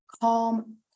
calm